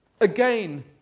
Again